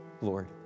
Lord